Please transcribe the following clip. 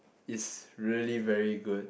it's really very good